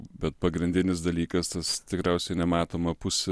bet pagrindinis dalykas tas tikriausiai nematoma pusė